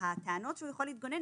שהטענות שהוא יכול להתגונן,